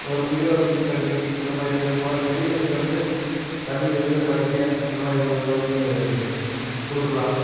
ஒரு முதியோர் கல்வி அந்தமாதிரி இதில் முதல்ல பெரியவங்களுக்கு வந்து தமிழ் எழுத படிக்க அந்த மாதிரி ஒரு இதை வந்து கொடுக்கலாம்